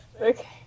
Okay